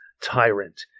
Tyrant